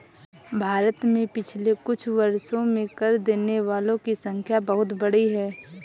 भारत में पिछले कुछ वर्षों में कर देने वालों की संख्या बहुत बढ़ी है